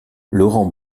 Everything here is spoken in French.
laurent